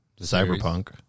Cyberpunk